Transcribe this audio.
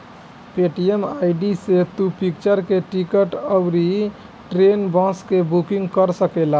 Paytm ID से तू picture के टिकट अउरी ट्रेन, बस के बुकिंग कर सकेला